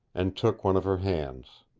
and took one of her hands.